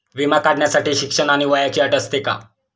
विमा काढण्यासाठी शिक्षण आणि वयाची अट असते का?